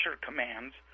commands